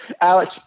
Alex